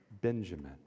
Benjamin